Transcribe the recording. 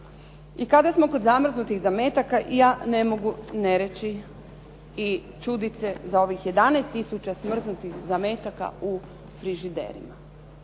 I kada smo kod zamrznutih zametaka ja ne mogu ne reći i čudit se za ovih 11000 smrznutih zametaka u frižider.